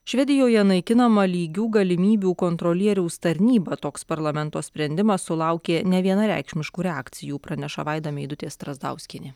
švedijoje naikinama lygių galimybių kontrolieriaus tarnyba toks parlamento sprendimas sulaukė nevienareikšmiškų reakcijų praneša vaida meidutė strazdauskienė